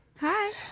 Hi